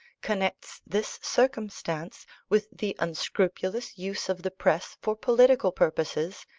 connects this circumstance with the unscrupulous use of the press for political purposes,